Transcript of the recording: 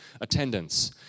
attendance